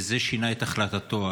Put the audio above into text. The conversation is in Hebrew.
וזה שינה את החלטתו.